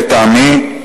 לטעמי.